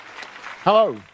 Hello